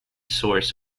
source